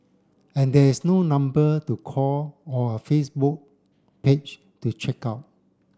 and there is no number to call or a Facebook page to check out